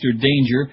Danger